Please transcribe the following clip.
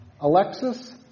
Alexis